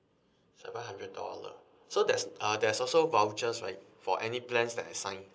seven hundred dollar so there's uh there's also vouchers right for any plans that I sign